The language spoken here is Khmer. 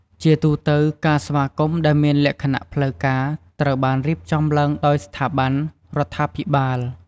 ជាទូទៅការស្វាគមន៍ដែលមានលក្ខណៈផ្លូវការត្រូវបានរៀបចំឡើងដោយ ស្ថាប័ន រដ្ឋាភិបាល។